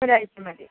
ഒരാഴ്ച മതി